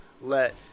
let